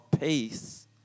peace